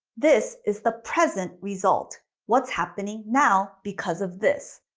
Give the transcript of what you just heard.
this is the present result. what's happening now, because of this.